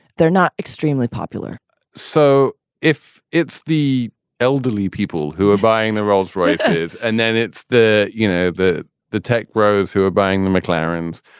they're not extremely popular so if it's the elderly people who are buying the rolls royces and then it's the you know, the the tech growth who are buying the mclaren's.